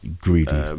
greedy